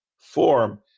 form